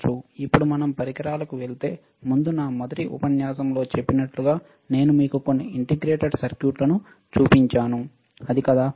ఇప్పుడు మనం పరికరాలకు వెళ్ళే ముందు నా మొదటి ఉపన్యాసంలో చెప్పినట్లుగా నేను మీకు కొన్ని ఇంటిగ్రేటెడ్ సర్క్యూట్లను చూపించాను అది కాదా